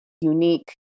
unique